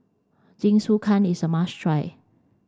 Jingisukan is a must try